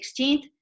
16th